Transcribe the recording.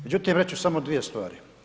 Međutim, reći ću samo dvije stvari.